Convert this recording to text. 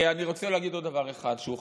אני רוצה להגיד עוד דבר אחד שהוא חשוב: